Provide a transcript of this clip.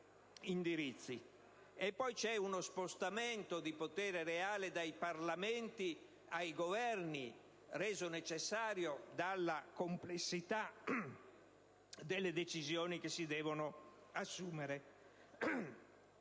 è poi uno spostamento di potere reale dai Parlamenti ai Governi, reso necessario dalla complessità delle decisioni che si devono assumere.